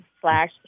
slash